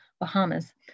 Bahamas